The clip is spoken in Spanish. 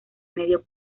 medio